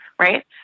Right